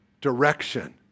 direction